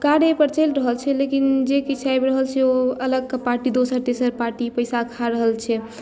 कार्य एहिपर चलि रहल छै लेकिन जे किछु आबि रहल छै ओ अलगके पार्टी दोसर तेसर पार्टी पैसा खा रहल छै